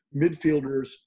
midfielders